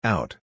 Out